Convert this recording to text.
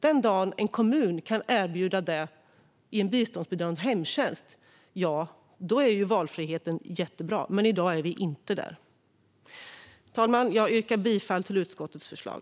Den dagen en kommun kan erbjuda det i en biståndsbedömd hemtjänst är valfriheten jättebra, men i dag är vi inte där. Fru talman! Jag yrkar bifall till utskottets förslag.